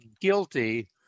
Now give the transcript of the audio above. guilty